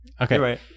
Okay